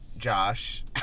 Josh